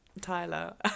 Tyler